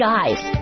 Guys